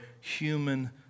human